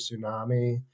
tsunami